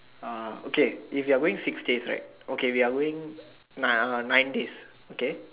uh okay if we are going six days right we are going nine days okay